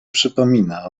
przypomina